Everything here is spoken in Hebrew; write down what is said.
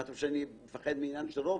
מה, אתם חושבים שאני מפחד מעניין של רוב?